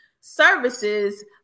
services